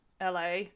LA